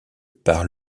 par